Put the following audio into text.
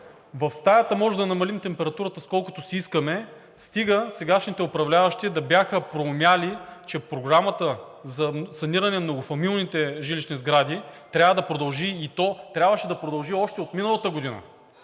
в стаята можем да намалим температурата с колкото си искаме, стига сегашните управляващи да бяха проумели, че Програмата за саниране на еднофамилните жилищни сгради трябва да продължи, и то трябваше да